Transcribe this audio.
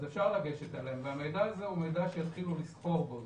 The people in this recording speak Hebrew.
אז אפשר לגשת אליהם והמידע הזה הוא מידע שיתחילו לסחור בו.